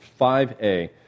5a